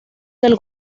del